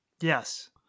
Yes